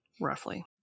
roughly